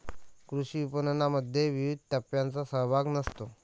कृषी विपणनामध्ये विविध टप्प्यांचा सहभाग असतो